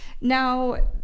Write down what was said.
Now